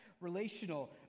relational